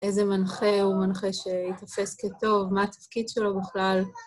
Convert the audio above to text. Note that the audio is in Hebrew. איזה מנחה הוא מנחה שהתאפס כטוב, מה התפקיד שלו בכלל.